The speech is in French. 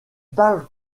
parle